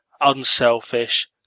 unselfish